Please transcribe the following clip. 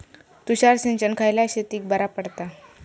तुषार सिंचन खयल्या शेतीक बरा पडता?